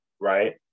Right